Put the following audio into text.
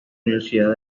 universidad